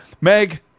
Meg